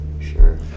Sure